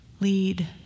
Lead